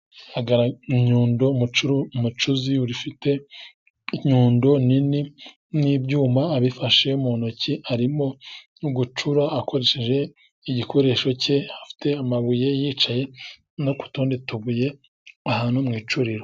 Inyundo umucuzi ufite inyundo nini n'ibyuma abifashe mu ntoki arimo gucura akoresheje igikoresho cye, afite amabuye yicaye no k'utundi tubuye ahantu mu icuriro.